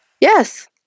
Yes